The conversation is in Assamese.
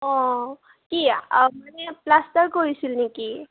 অঁ কি মানে প্লাষ্টাৰ কৰিছিল নেকি